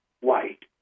White